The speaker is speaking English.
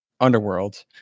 Underworld